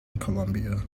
colombia